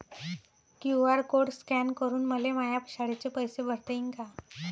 QR code scan करून मले माया शाळेचे पैसे भरता येईन का?